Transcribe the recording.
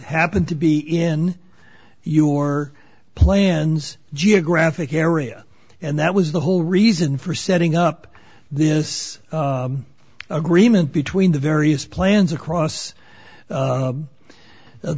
happened to be in your plans geographic area and that was the whole reason for setting up this agreement between the various plans across